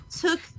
took